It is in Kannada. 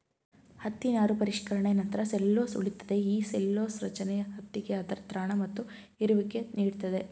ಹತ್ತಿ ನಾರು ಪರಿಷ್ಕರಣೆ ನಂತ್ರ ಸೆಲ್ಲ್ಯುಲೊಸ್ ಉಳಿತದೆ ಈ ಸೆಲ್ಲ್ಯುಲೊಸ ರಚನೆ ಹತ್ತಿಗೆ ಅದರ ತ್ರಾಣ ಮತ್ತು ಹೀರುವಿಕೆ ನೀಡ್ತದೆ